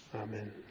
Amen